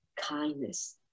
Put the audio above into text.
Kindness